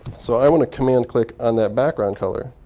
so i want to command click on that background color.